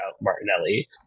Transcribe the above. Martinelli